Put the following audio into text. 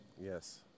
Yes